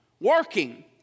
working